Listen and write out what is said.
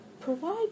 provide